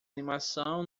animação